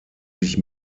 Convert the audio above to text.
sich